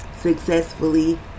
successfully